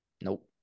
nope